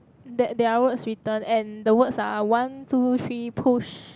there there are words written and the words are one two three push